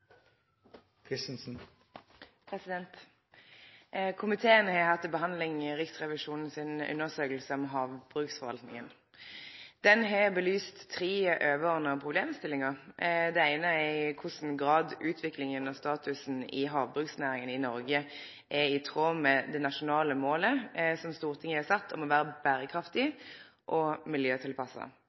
3. Komiteen har hatt til behandling Riksrevisjonen si undersøking av havbruksforvaltninga. Ein har belyst tre overordna problemstillingar. Det eine var i kva grad utviklinga i og statusen til havbruksnæringa i Noreg er i tråd med det nasjonale målet som Stortinget har sett om å vere berekraftig og miljøtilpassa.